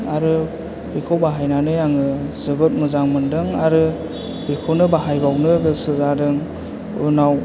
आरो बिखौ बाहायनानै आङो जोबोर मोजां मोनदों आरो बिखौनो बाहायबावनो गोसो जादों उनाव